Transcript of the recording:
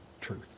truth